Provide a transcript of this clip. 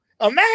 imagine